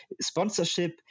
sponsorship